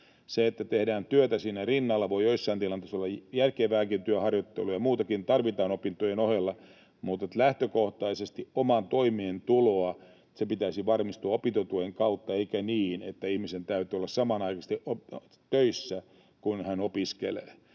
Se, että tehdään työtä siinä rinnalla, voi joissain tilanteissa olla järkevääkin, työharjoittelua ja muutakin tarvitaan opintojen ohella, mutta lähtökohtaisesti oman toimeentulon pitäisi varmistua opintotuen kautta eikä niin, että ihmisen täytyy olla samanaikaisesti töissä, kun hän opiskelee.